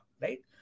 right